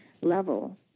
level